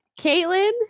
Caitlin